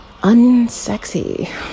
unsexy